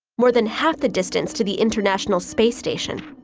more than half the distance to the international space station.